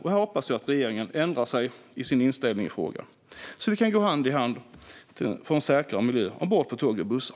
Jag hoppas att regeringen ändrar sin inställning i frågan så att vi kan gå hand och hand mot en säkrare miljö ombord på tåg och bussar.